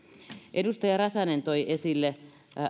edustaja räsänen toi esille